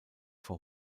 vor